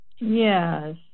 Yes